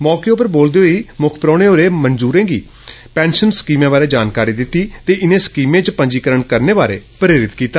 मौके उप्पर बोलदे होई मुक्ख परौहने होरें मजदूरें गी पैंशन स्कीमें बारै जानकारी दिती ते इनें स्कीमें इच पंजीरण करने बारै प्रेरित कीता